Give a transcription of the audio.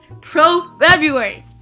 pro-February